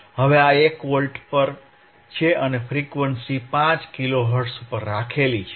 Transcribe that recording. હવે આ 1 વોલ્ટ પર છે અને ફ્રીક્વન્સી 5 કિલો હર્ટ્ઝ છે